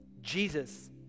Jesus